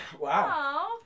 Wow